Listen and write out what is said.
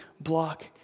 block